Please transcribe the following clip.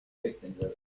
live